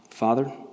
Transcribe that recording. Father